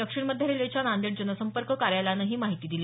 दक्षिण मध्य रेल्वेच्या नांदेड जनसंपर्क कार्यालयानं ही माहिती दिली